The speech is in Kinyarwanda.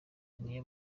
niyo